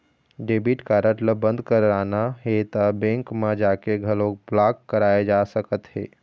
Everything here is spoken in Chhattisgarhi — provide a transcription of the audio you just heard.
डेबिट कारड ल बंद कराना हे त बेंक म जाके घलोक ब्लॉक कराए जा सकत हे